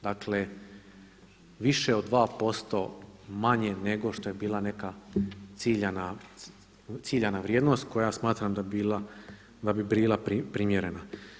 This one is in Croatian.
Dakle, više od 2% manje nego što je bila neka ciljana vrijednost koja smatram da bi bila primjerena.